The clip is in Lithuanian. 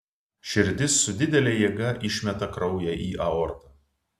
širdis su didele jėga išmeta kraują į aortą